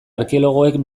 arkeologoek